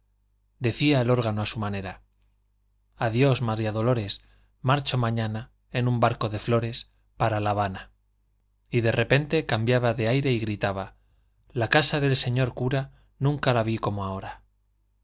decía el órgano a su manera adiós maría dolores marcho mañana en un barco de flores para la habana y de repente cambiaba de aire y gritaba la casa del señor cura nunca la vi como ahora